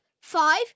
five